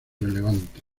relevantes